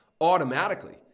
automatically